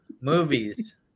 Movies